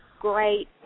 great